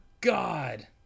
god